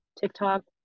TikTok